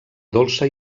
dolça